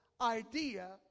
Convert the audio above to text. idea